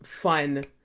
fun